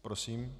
Prosím.